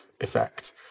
effect